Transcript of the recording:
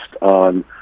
on